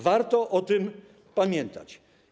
Warto o tym pamiętać.